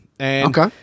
Okay